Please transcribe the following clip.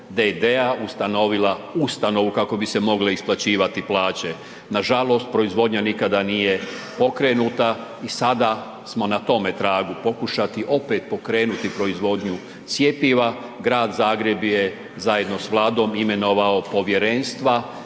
d.d. ustanovila ustanovu kako bi se mogle isplaćivati plaće, nažalost, proizvodnja nikada nije pokrenuta i sada smo na tome tragu, pokušati opet pokrenuti proizvodnju cjepiva, Grad Zagreb je zajedno s Vladom imenovao povjerenstva